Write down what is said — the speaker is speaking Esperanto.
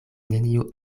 neniu